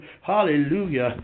Hallelujah